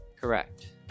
Correct